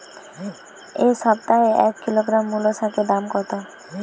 এ সপ্তাহে এক কিলোগ্রাম মুলো শাকের দাম কত?